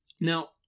Now